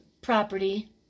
property